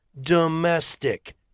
domestic